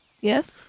Yes